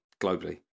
globally